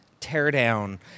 teardown